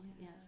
yes